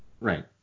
Right